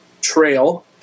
Trail